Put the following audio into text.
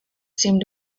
seemed